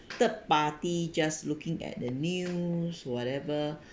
third party just looking at the news whatever